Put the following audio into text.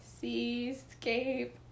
Seascape